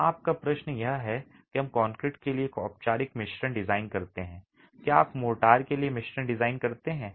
हां आपका प्रश्न यह है कि हम कंक्रीट के लिए एक औपचारिक मिश्रण डिजाइन करते हैं क्या आप मोर्टार के लिए मिश्रण डिजाइन करते हैं